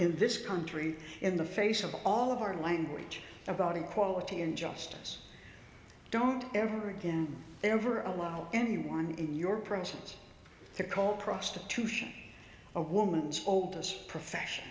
in this country in the face of all of our language about equality and justice don't ever again ever allow anyone in your presence to call prostitution a woman's oldest profession